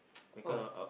because uh